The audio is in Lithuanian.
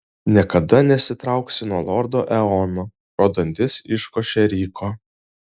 niekada nesitrauksiu nuo lordo eono pro dantis iškošė ryko